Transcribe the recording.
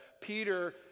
Peter